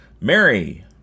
mary